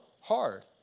hard